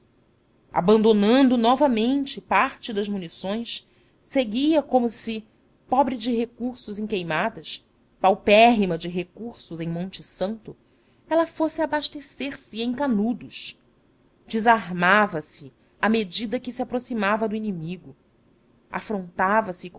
abandonando novamente parte das munições seguia como se pobre de recursos em queimadas paupérrima de recursos em monte santo ela fosse abastecer se em canudos desarmava se à medida que se aproximava do inimigo afrontava se com